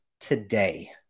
today